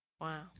Wow